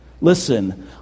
listen